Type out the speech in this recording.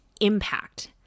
impact